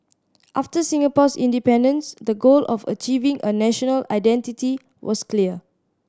after Singapore's independence the goal of achieving a national identity was clear